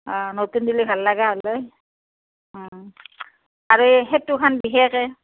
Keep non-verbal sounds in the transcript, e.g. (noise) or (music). অ নতুন দিলে ভাল লগা হ'ল হয় অ আৰু সেতুখন (unintelligible)